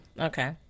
Okay